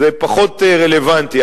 זה פחות רלוונטי,